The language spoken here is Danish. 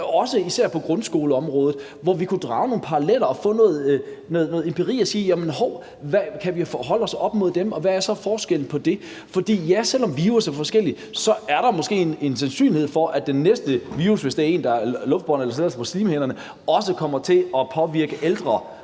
også især på grundskoleområdet, hvor vi kunne drage nogle paralleller, få noget empiri og sige: Jamen hov, kan vi holde os op mod dem, og hvad er så forskellen? For ja, selv om virus er forskellig, er der måske en sandsynlighed for, at den næste virus, hvis det er en, der er luftbåren eller sætter sig på slimhinderne, også kommer til at påvirke ældre